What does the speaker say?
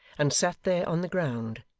and sat there, on the ground,